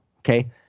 Okay